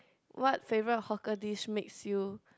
what favourite hawker dish makes you